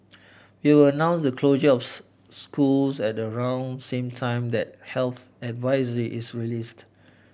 we will announce the closure jobs schools at around same time that health advisory is released